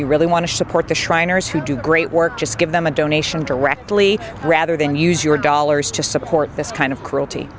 you really want to support the shriners who do great work just give them a donation directly rather than use your dollars to support this kind of cruelty